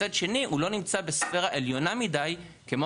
מצד שני הוא לא נמצא בספירה עליונה מידי כמו